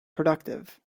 productive